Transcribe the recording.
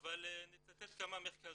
אבל אני אצטט כמה מחקרים.